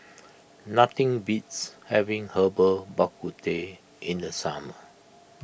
nothing beats having Herbal Bak Ku Teh in the summer